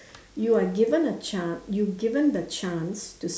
you are given a chance you given the chance to